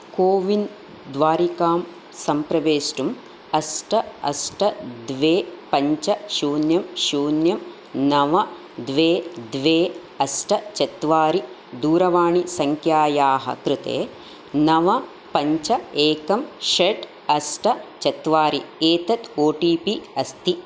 CoWIN द्वारिकां सम्प्रवेष्टुम् अष्ट अष्ट द्वे पञ्च शून्यं शून्यं नव द्वे द्वे अष्ट चत्वारि दूरवाणीसङ्ख्यायाः कृते नव पञ्च एकं षट् अष्ट चत्वारि एतत् ओ टि पि अस्ति